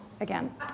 again